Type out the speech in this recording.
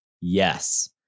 Yes